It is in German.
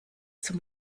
zum